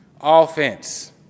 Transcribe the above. Offense